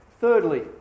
Thirdly